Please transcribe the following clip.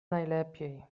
najlepiej